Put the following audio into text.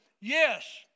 Yes